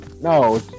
No